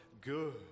good